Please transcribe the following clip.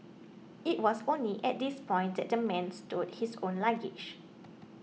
it was only at this point that the man stowed his own luggage